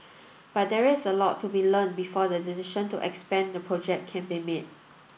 but there's a lot to be learnt before the decision to expand the project can be made